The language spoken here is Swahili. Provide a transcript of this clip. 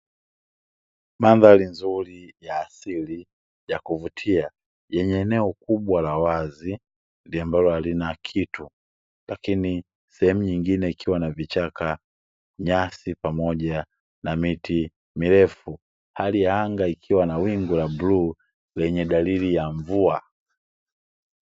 Mandhari nzuri ya asili ya kuvutia, yenye eneo kubwa la wazi ambalo halina kitu, lakini sehemu nyingine ikiwa na vichaka, nyasi, pamoja na miti mirefu. Hali ya anga ikiwa na wingu la bluu lenye dalili ya mvua.